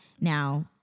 Now